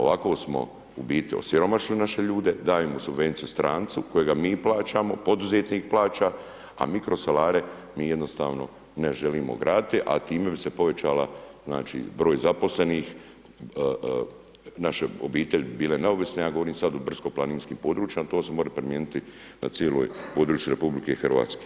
Ovako smo u biti osiromašili naše ljude, dajemo subvenciju strancu kojega mi plaćamo, poduzetnik plaća, a mikrosolare mi jednostavno ne želimo graditi, a time bi se povećala, znači, broj zaposlenih, naše obitelji bi bile neovisne, ja govorim sada o brdsko planinskim područjima, to se more primijeniti na cijelom području RH.